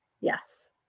yes